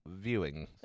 Viewing